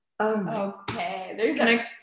Okay